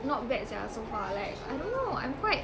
not bad sia so far like I don't know I'm quite